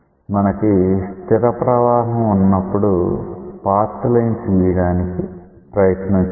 మనకి స్థిర ప్రవాహం ఉన్నప్పుడు పాత్ లైన్స్ గీయడానికి ప్రయత్నం చేద్దాం